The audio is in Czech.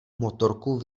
motorku